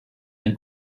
ein